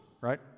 right